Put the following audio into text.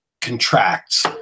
contracts